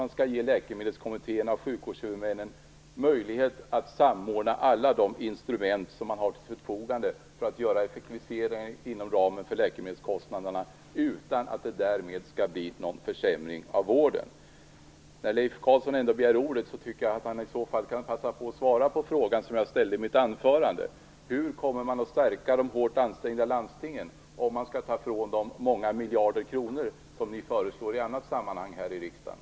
Man skall ge läkemedelskommittéerna och sjukvårdshuvudmännen möjlighet att samordna alla de instrument som de har till förfogande för att göra effektiviseringar inom ramen för läkemedelskostnaderna, utan att det därmed skall bli någon försämring av vården. När Leif Carlson ändå begärt ordet tycker jag att han kan passa på att svara på den fråga som jag ställde i mitt anförande: Hur kommer man att stärka de hårt ansträngda landstingen, om man skall ta ifrån dem många miljarder kronor, som ni föreslår i annat sammanhang här i riksdagen?